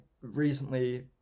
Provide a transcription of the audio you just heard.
recently